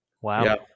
Wow